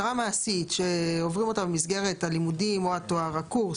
אם היא תייצר את המסלולים שעל גביהם המקצוע התפתח.